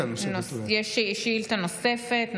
יש שאילתה נוספת.